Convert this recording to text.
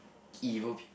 evil people